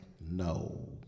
no